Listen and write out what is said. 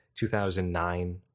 2009